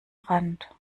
rand